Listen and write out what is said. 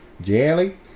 Jelly